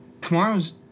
tomorrow's